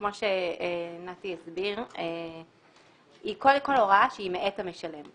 כפי שנתי הסביר היא קודם כל הוראה מאת המשלם.